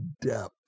depth